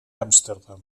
amsterdam